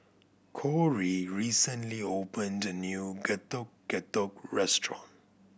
Kory recently opened a new Getuk Getuk restaurant